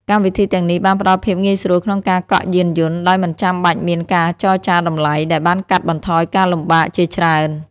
កម្មវិធីទាំងនេះបានផ្តល់ភាពងាយស្រួលក្នុងការកក់យានយន្តដោយមិនចាំបាច់មានការចរចាតម្លៃដែលបានកាត់បន្ថយការលំបាកជាច្រើន។